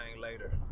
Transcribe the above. later